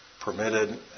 permitted